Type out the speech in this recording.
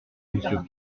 monsieur